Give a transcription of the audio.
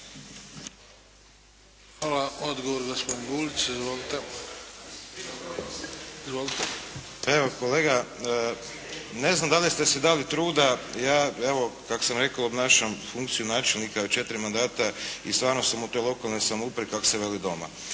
Hvala. Odgovor gospodin Gulić. Izvolite. **Gulić, Krešimir (HDZ)** Kolega, ne znam da li ste si dali truda. Ja kako sam rekao obnašam funkciju načelnika četiri mandata i stvarno sam u toj lokalnoj samoupravi kako se kaže doma.